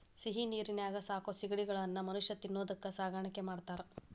ಸಿಹಿನೇರಿನ್ಯಾಗ ಸಾಕೋ ಸಿಗಡಿಗಳನ್ನ ಮನುಷ್ಯ ತಿನ್ನೋದಕ್ಕ ಸಾಕಾಣಿಕೆ ಮಾಡ್ತಾರಾ